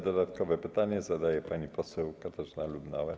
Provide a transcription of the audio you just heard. Dodatkowe pytanie zadaje pani poseł Katarzyna Lubnauer.